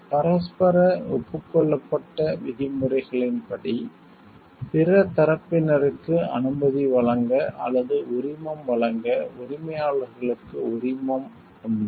பரஸ்பர ஒப்புக்கொள்ளப்பட்ட விதிமுறைகளின்படி பிற தரப்பினருக்கு அனுமதி வழங்க அல்லது உரிமம் வழங்க உரிமையாளர்களுக்கு உரிமை உண்டு